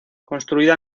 construida